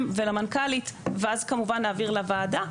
ולמנכ"לית ואז כמובן נעביר לוועדה,